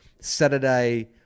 Saturday